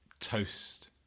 toast